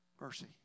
mercy